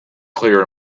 clear